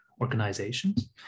organizations